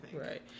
Right